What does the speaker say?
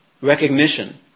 recognition